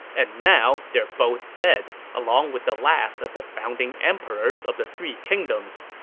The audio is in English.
and now, they're both dead, along with the last of the founding emperors of the three kingdoms.